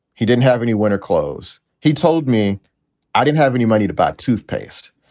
he didn't have any winter clothes. he told me i didn't have any money to buy toothpaste.